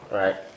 right